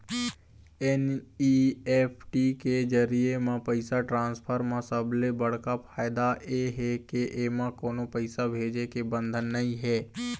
NEFT के जरिए म पइसा ट्रांसफर म सबले बड़का फायदा ए हे के एमा कोनो पइसा भेजे के बंधन नइ हे